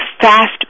fast